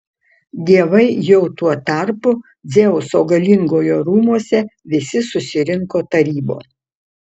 dievai jau tuo tarpu dzeuso galingojo rūmuose visi susirinko tarybon